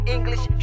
English